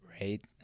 right